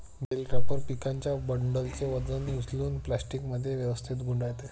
bell wrapper पिकांच्या बंडलचे वजन उचलून प्लास्टिकमध्ये व्यवस्थित गुंडाळते